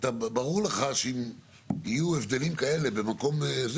ברור לך שאם יהיו הבדלים כאלה במקום,